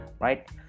right